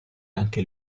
anche